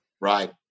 right